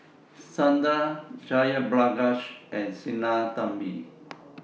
Santha Jayaprakash and Sinnathamby